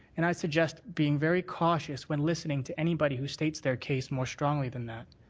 and i'd suggest being very cautious when listening to anybody who states their case more strongly than that.